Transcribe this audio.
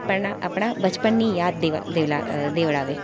પણ આપણા બચપણની યાદ દેવ દેવળા દેવડાવે